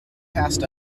past